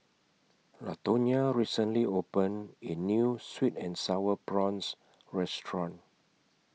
Latonya recently opened A New Sweet and Sour Prawns Restaurant